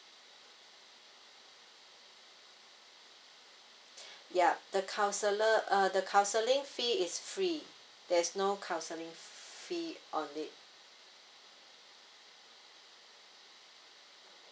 yeah the counsellor uh the counselling fee is free there's no counselling fee on it